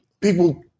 people